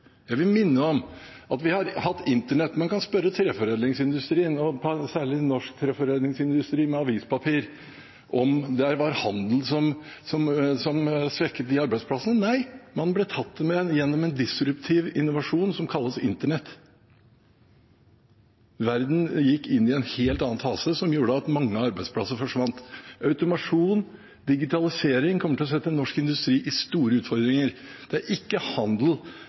Jeg vil minne om at vi har fått internett. Man kan spørre treforedlingsindustrien om avispapir – og særlig norsk treforedlingsindustri – om det var handel som svekket de arbeidsplassene. Nei, man ble tatt gjennom en disruptiv innovasjon som kalles internett. Verden gikk inn i en helt annen fase som gjorde at mange arbeidsplasser forsvant. Automasjon og digitalisering kommer til å stille norsk industri overfor store utfordringer. Det er ikke handel